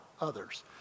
others